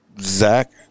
Zach